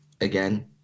again